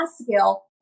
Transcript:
scale